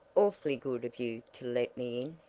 awfully good of you to let me